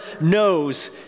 knows